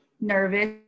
nervous